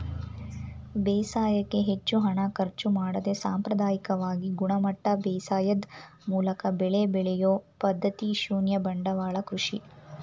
ಬೇಸಾಯಕ್ಕೆ ಹೆಚ್ಚು ಹಣ ಖರ್ಚು ಮಾಡದೆ ಸಾಂಪ್ರದಾಯಿಕವಾಗಿ ಗುಣಮಟ್ಟ ಬೇಸಾಯದ್ ಮೂಲಕ ಬೆಳೆ ಬೆಳೆಯೊ ಪದ್ಧತಿ ಶೂನ್ಯ ಬಂಡವಾಳ ಕೃಷಿ